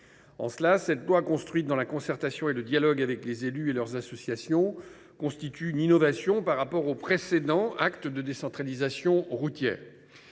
En cela, cette loi, construite dans la concertation et le dialogue avec les élus et leurs associations, constitue une innovation par rapport aux précédents actes de décentralisation routière